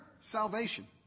salvation